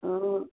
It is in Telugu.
అవును